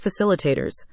facilitators